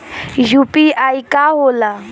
UPI का होला?